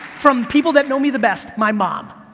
from people that know me the best, my mom,